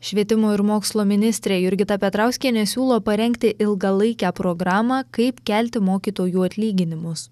švietimo ir mokslo ministrė jurgita petrauskienė siūlo parengti ilgalaikę programą kaip kelti mokytojų atlyginimus